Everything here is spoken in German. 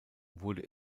wurde